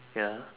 ya